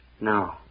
No